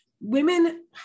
women